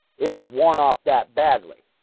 it was worn off that badly.